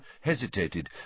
hesitated